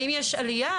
האם יש עלייה?